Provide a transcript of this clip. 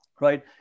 right